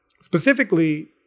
specifically